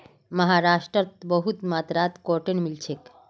महाराष्ट्रत बहुत मात्रात कॉटन मिल छेक